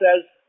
says